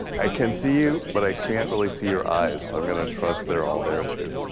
i can see you, but i can't really see your eyes, so i'm gonna trust they're all there, too.